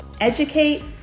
Educate